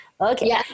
Okay